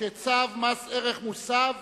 הצעת ועדת הכספים בדבר אישור צו מס ערך מוסף